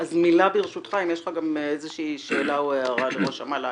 תאמר מילה ואם יש לך שאלה או הערה לראש המל"ל.